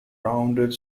rounded